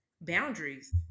boundaries